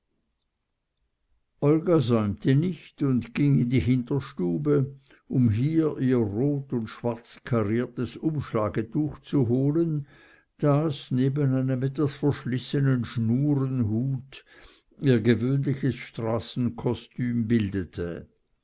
säumte nicht und ging in die hinterstube um hier ihr rot und schwarz kariertes umschlagetuch zu holen das neben einem etwas verschlissenen schnurrenhut ihr gewöhnliches straßenkostüm bildete